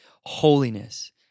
holiness